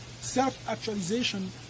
self-actualization